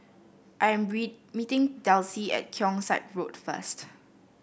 I am meeting Delsie at Keong Saik Road first